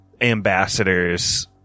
ambassadors